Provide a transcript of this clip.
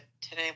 today